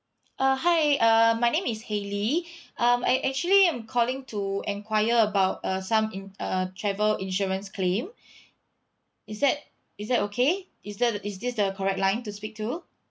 uh hi um my name is hayley um I actually am calling to enquire about uh some in~ uh travel insurance claim is that is that okay is that the is this the correct line to speak to